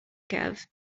cave